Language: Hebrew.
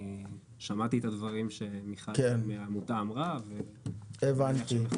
שמעתי את הדברים שמיכל מהעמותה אמרה ואני מניחה שהם יוכלו --- הבנתי.